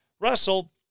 Russell